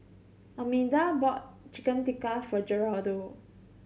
Almeda bought Chicken Tikka for Geraldo